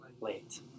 late